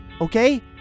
okay